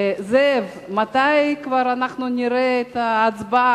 זאב, מתי אנחנו כבר נראה את ההצבעה?